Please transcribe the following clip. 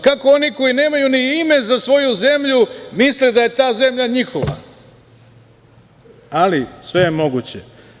Kako oni koji nemaju ni ime za svoju zemlju misle da je ta zemlja njihova, ali sve je moguće.